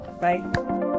bye